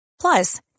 Plus